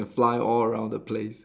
fly all around the place